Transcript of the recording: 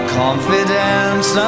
confidence